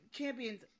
champions